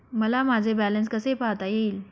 मला माझे बॅलन्स कसे पाहता येईल?